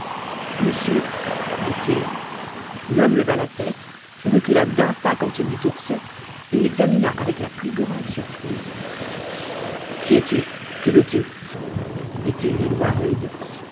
monsieur dit-il l'homme leva la tête recula d'un pas quand il vit ourson et l'examina avec la plus grande surprise qui es-tu que veux-tu dit-il d'une voix rude